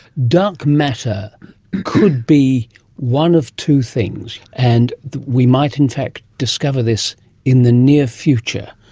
dark matter could be one of two things, and we might in fact discover this in the near future.